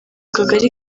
kagari